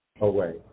away